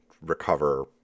recover